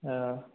औ